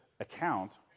account